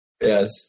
Yes